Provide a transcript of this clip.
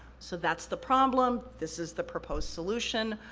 so, that's the problem, this is the proposed solution,